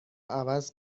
عوض